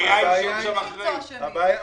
שאין שם אחראי.